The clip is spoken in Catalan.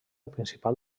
principal